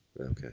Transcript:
Okay